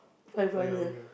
five dollar